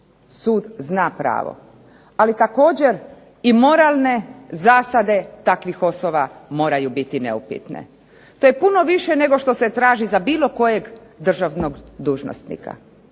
sud zna pravo. Ali također i moralne zasade takvih osoba moraju biti neupitne. To je puno više nego što se traži za bilo kojeg državnog dužnosnika.